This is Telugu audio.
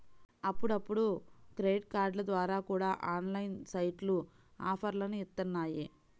అప్పుడప్పుడు క్రెడిట్ కార్డుల ద్వారా కూడా ఆన్లైన్ సైట్లు ఆఫర్లని ఇత్తన్నాయి